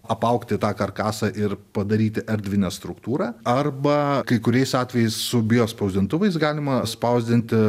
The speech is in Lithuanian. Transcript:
apaugti į tą karkasą ir padaryti erdvinę struktūrą arba kai kuriais atvejais su biospausdintuvais galima spausdinti